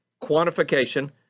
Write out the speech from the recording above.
quantification